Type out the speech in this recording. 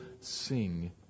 sing